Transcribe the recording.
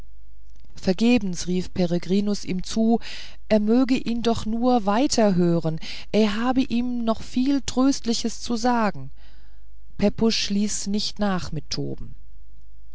vergebens rief peregrinus ihm zu er möge ihn doch nur weiter hören er habe ihm noch viel tröstliches zu sagen pepusch ließ nicht nach mit toben